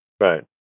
Right